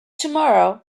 tomorrow